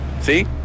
See